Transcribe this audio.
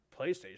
PlayStation